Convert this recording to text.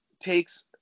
takes